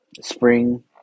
spring